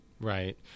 Right